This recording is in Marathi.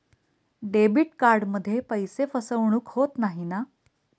डेबिट कार्डमध्ये पैसे फसवणूक होत नाही ना?